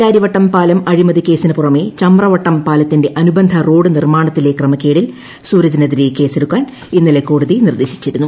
പാലാരിവട്ടം പാലം അഴിമതി കേസിന് പുറമെ ചമ്രവട്ടം പാലത്തിന്റെ അനുബന്ധ റോഡ് നിർമ്മാണത്തിലെ ക്രമക്കേടിൽ സൂരജിനെതിരെ കേസെടുക്കാൻ ഇന്നലെ കോടതി നിർദ്ദേശിച്ചിരുന്നു